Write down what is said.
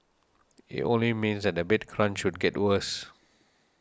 it only means that the bed crunch get worse